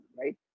right